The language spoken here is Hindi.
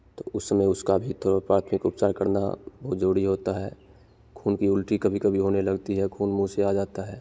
तो उस समय उसका भी थोड़ा प्राथमिक उपचार करना बहुत ज़रूरी होता है खून की उलटी कभी कभी होने लगती है खून मुँह से आ जाता है